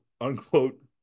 unquote